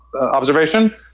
observation